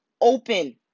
open